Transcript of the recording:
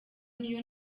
niyo